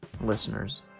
listeners